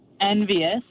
envious